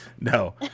no